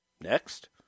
Next